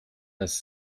das